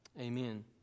Amen